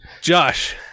Josh